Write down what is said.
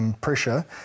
pressure